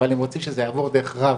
אבל הם רוצים שזה יעבור דרך רב,